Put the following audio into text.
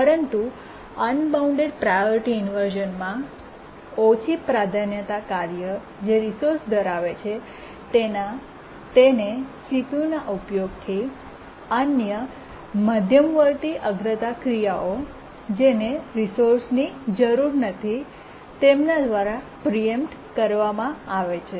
પરંતુ unbound priority ઇન્વર્શ઼નમાં ઓછી પ્રાધાન્યતા કાર્ય કે જે રિસોર્સ ધરાવે છે તેને CPU ઉપયોગથી અન્ય મધ્યવર્તી અગ્રતા ક્રિયાઓ જેને રિસોર્સની જરૂર નથી તેના દ્વારા પ્રીએમ્પ્ટ કરવામાં આવે છે